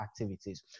activities